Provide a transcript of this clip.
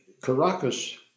Caracas